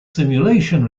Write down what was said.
simulation